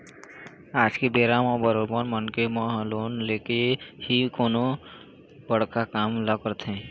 आज के बेरा म बरोबर मनखे मन ह लोन लेके ही कोनो बड़का काम ल करथे